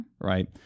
Right